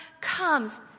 comes